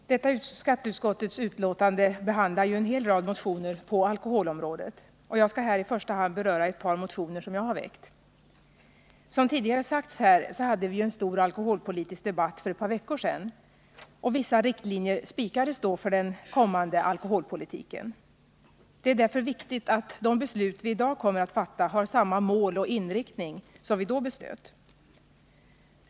Herr talman! Skatteutskottets betänkande behandlar en hel rad motioner på alkoholområdet. Jag skall här i första hand beröra ett par motioner som jag har väckt. Som tidigare sagts här hade vi en stor alkoholpolitisk debatt för ett par veckor sedan, och då spikades vissa riktlinjer för den kommande alkoholpolitiken. Det är därför viktigt att det beslut vi i dag kommer att fatta har samma mål och inriktning som de beslut vi fattade då.